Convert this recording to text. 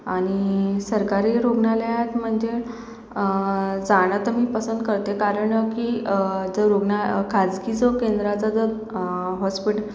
आणि सरकारी रुग्णालयात म्हणजे जाणं तर मी पसंत करते कारण की जर रुग्णा खाजगी जो केंद्राचा जो हॉस्पिट